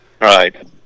Right